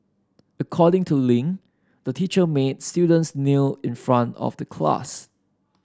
according to Ling the teacher made students kneel in front of the class